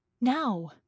Now